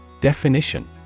Definition